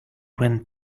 went